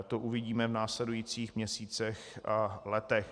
To uvidíme v následujících měsících a letech.